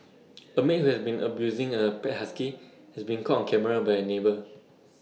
A maid who has been abusing A pet husky has been caught on camera by A neighbour